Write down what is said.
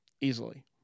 Easily